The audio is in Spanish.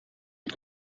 del